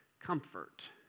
comfort